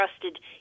trusted